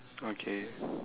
okay